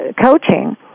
coaching